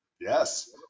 Yes